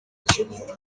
ikimwaro